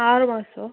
ആറ് മാസമോ